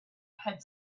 had